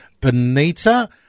benita